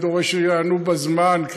אני דורש שיענו בזמן,